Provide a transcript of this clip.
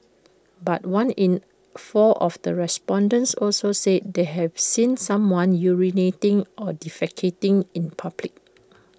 but one in four of the respondents also said they have seen someone urinating or defecating in public